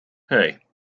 hey